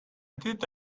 did